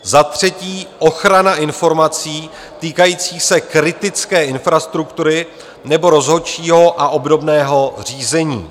Za třetí ochrana informací týkajících se kritické infrastruktury nebo rozhodčího a obdobného řízení.